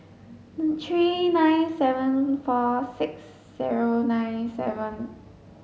three nine seven four six zero nine seven